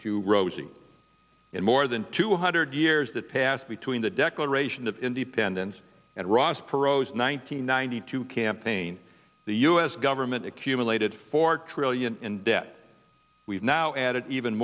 too rosy in more than two hundred years that passed between the declaration of independence and ross perot's nine hundred ninety two campaign the us government accumulated four trillion in debt we've now added even